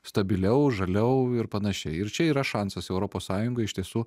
stabiliau žaliau ir panašiai ir čia yra šansas europos sąjungai iš tiesų